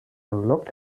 looked